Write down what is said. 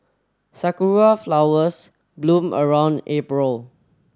sakura flowers bloom around April